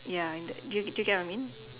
ya in that do you do you get what I mean